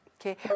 Okay